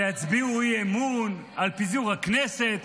שיצביעו אי-אמון על פיזור הכנסת.